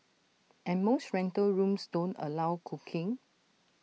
and most rental rooms don't allow cooking